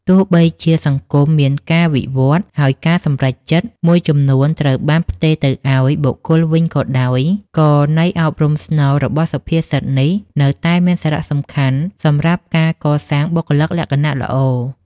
ទោះបីជាសង្គមមានការវិវឌ្ឍន៍ ហើយការសម្រេចចិត្តមួយចំនួនត្រូវបានផ្ទេរទៅឱ្យបុគ្គលវិញក៏ដោយ ក៏ន័យអប់រំស្នូលរបស់សុភាសិតនេះនៅតែមានសារៈសំខាន់សម្រាប់ការកសាងបុគ្គលិកលក្ខណៈល្អ ។